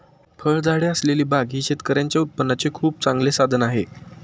फळझाडे असलेली बाग ही शेतकऱ्यांच्या उत्पन्नाचे खूप चांगले साधन आहे